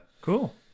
cool